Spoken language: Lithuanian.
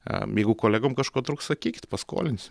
aa jeigu kolegom kažko trūks sakykit paskolinsim